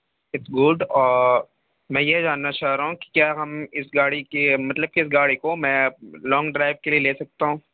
it's good میں یہ جاننا چاہ رہا ہوں کہ کیا ہم اس گاڑی کے مطلب کس گاڑی کو میں لانگ ڈرائیو کے لیے لے سکتا ہوں